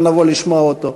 לא נבוא לשמוע אותו.